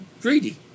greedy